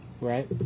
Right